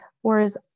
whereas